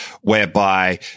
whereby